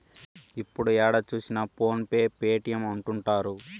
ఇప్పుడు ఏడ చూసినా ఫోన్ పే పేటీఎం అంటుంటారు